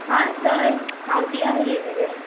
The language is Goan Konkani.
आं सर हांव दिया उलयतलें